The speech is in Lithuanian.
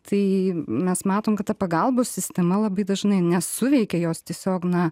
tai mes matom kad ta pagalbos sistema labai dažnai nesuveikia jos tiesiog na